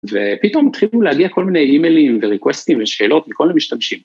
ופתאום התחילו להגיע כל מיני אימיילים וריקווסטים ושאלות מכל המשתמשים.